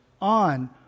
on